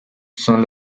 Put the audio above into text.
son